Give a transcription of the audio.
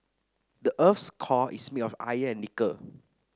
the earth's core is made of iron and nickel